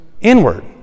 inward